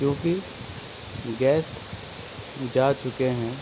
کیونکہ گیسٹ جا چکے ہیں